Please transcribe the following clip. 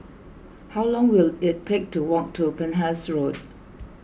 how long will it take to walk to Penhas Road